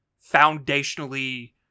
foundationally